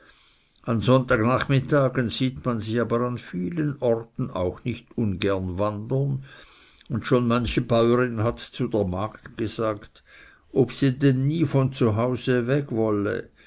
an sonntagnachmittagen sieht man sie aber an vielen orten auch nicht ungern wandern und schon manche bäurin hat zu der magd gesagt ob sie denn nie von hause weg wolle